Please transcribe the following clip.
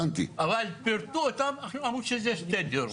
אבל פירקו אותן ואמרו שזה שתי דירות.